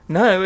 no